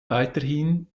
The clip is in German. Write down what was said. weiterhin